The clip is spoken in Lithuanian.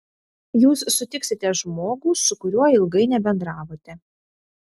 jūs sutiksite žmogų su kuriuo ilgai nebendravote